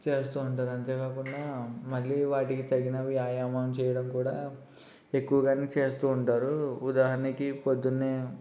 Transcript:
చేస్తూ ఉంటాది అంతేకాకుండా మళ్లీ వాటికి తగినవి వ్యాయామం చేయడం కూడా ఎక్కువగానే చేస్తూ ఉంటారు ఉదాహరణకి పొద్దున్నే